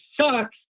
sucks